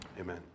Amen